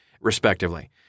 respectively